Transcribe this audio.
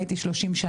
הייתי 30 שנה,